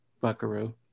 buckaroo